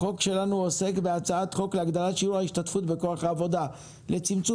החוק שלנו עוסק בהצעת חוק להגדלת שיעור ההשתתפות בכוח העבודה ולצמצום